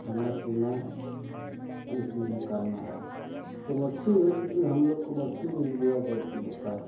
खाना पीना इसी में करना है तो मच्छी है क्योंकि हम लोग को मच्छी मिल गया दो किलो